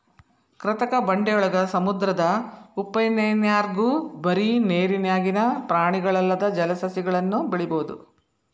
ಕೃತಕ ಬಂಡೆಯೊಳಗ, ಸಮುದ್ರದ ಉಪ್ಪನೇರ್ನ್ಯಾಗು ಬರಿ ನೇರಿನ್ಯಾಗಿನ ಪ್ರಾಣಿಗಲ್ಲದ ಜಲಸಸಿಗಳನ್ನು ಬೆಳಿಬೊದು